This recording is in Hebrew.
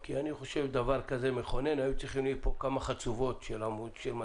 כי אני חושב שבדבר כזה מכונן היו צריכים להיות כאן כמה חצובות של מצלמות